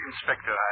Inspector